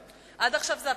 עד עכשיו זה הפקידים.